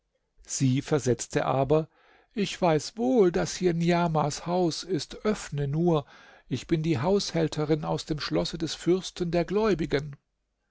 sie versetzte aber ich weiß wohl daß hier niamahs haus ist öffne nur ich bin die haushälterin aus dem schlosse des fürsten der gläubigen